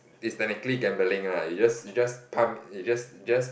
it's technically gambling lah you just you just pump you just just